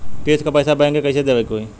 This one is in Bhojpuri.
किस्त क पैसा बैंक के कइसे देवे के होई?